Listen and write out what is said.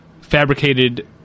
fabricated